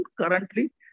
currently